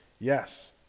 yes